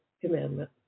Commandment